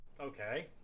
Okay